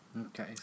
Okay